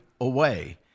away